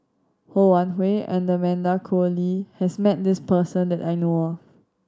Ho Wan Hui and Amanda Koe Lee has met this person that I know of